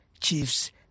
chiefs